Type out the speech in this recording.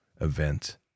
event